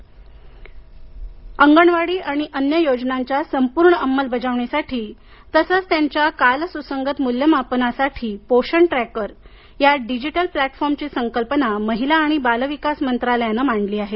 स्मृती इराणी लोकसभा अंगणवाडी आणि अन्य योजनांच्या संपूर्ण अंमलबजावणीसाठी तसंच त्यांच्या कालसुसंगत मूल्यमापनासाठी पोषण ट्रॅकर या डिजिटल प्लॅटफार्मची संकल्पना महिला आणि बालविकास मंत्रालयानं मांडली आहे